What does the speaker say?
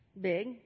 Big